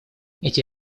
эти